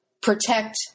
protect